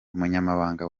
umunyamabanga